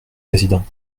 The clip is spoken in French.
président